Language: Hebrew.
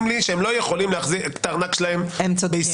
שהם לא יכולים להחזיק את הארנק שלהם בישראל.